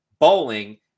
Bowling